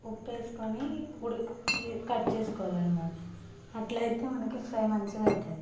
ఉప్పు వేసుకొని ఉడక కట్ చేసుకోవాలన్నమాట అలా అయితే మనకు ఫ్రై మంచిగా అవుతుంది